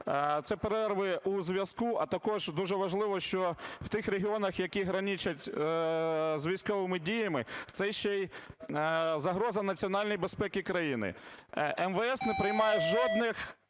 це перерви у зв'язку. А також дуже важливо, що в тих регіонах, які граничать з військовими діями, це ще й загроза національній безпеці країни. МВС не приймає жодних